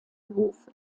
hofe